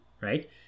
Right